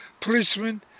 policemen